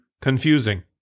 confusing